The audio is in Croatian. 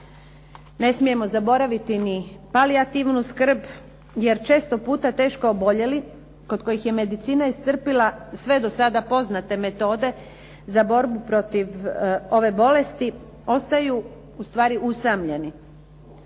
Ne smijemo zaboraviti ni palijativnu skrb jer često puta teško oboljeli kod kojih je medicina iscrpila sve do sada poznate metode za borbu protiv ove bolesti ostaju ustvari usamljeni,